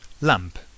Lamp